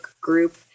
group